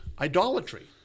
idolatry